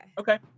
Okay